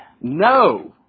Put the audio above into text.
No